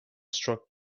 struck